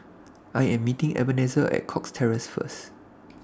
I Am meeting Ebenezer At Cox Terrace First